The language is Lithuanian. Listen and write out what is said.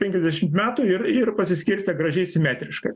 penkiasdešimt metų ir ir pasiskirstę gražiai simetriškai